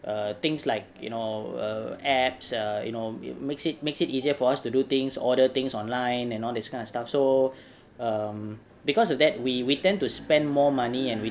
err things like you know err apps err you know it makes it makes it easier for us to do things order things online and all this kind of stuff so um because of that we we tend to spend more money and we